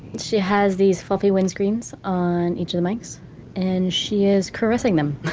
she has these fluffy windscreens on each of the mics and she is caressing them,